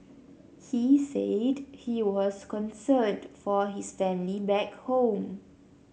he said he was concerned for his family back home